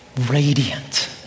radiant